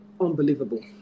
unbelievable